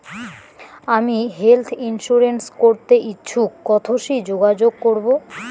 আমি health insurance করতে ইচ্ছুক কথসি যোগাযোগ করবো?